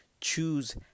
Choose